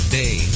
day